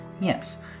Yes